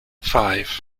five